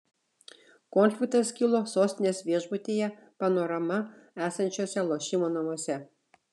konfliktas kilo sostinės viešbutyje panorama esančiuose lošimo namuose